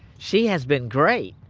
she has been great